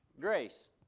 grace